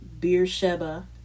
Beersheba